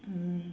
mm